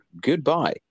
Goodbye